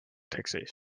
taxi